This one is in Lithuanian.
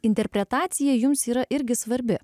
interpretacija jums yra irgi svarbi